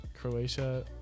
Croatia